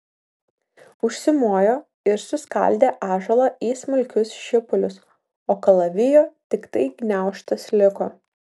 užsimojo ir suskaldė ąžuolą į smulkius šipulius o kalavijo tiktai gniaužtas liko